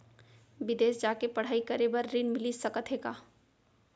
बिदेस जाके पढ़ई करे बर ऋण मिलिस सकत हे का?